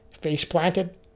face-planted